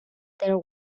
there